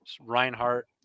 Reinhardt